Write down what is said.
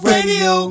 Radio